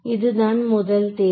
இதுதான் முதல் தேவை